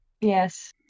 Yes